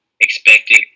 expected